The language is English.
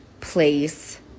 place